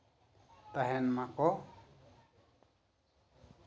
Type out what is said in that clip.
ᱛᱟᱦᱮᱱ ᱢᱟᱠᱚ